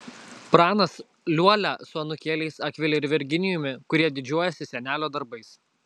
pranas liuolia su anūkėliais akvile ir virginijumi kurie didžiuojasi senelio darbais